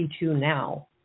now